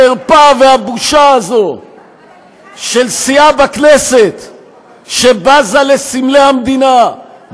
החרפה והבושה של סיעה בכנסת שבזה לסמלי המדינה,